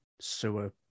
sewer